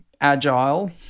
agile